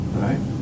right